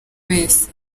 wese